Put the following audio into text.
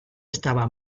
estava